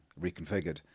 reconfigured